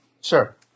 Sure